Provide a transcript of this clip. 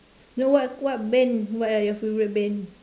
no what what band what are your favourite band